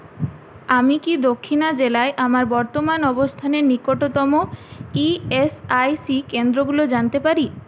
আমি কি দক্ষিণা জেলায় আমার বর্তমান অবস্থানের নিকটতম ই এস আই সি কেন্দ্রগুলো জানতে পারি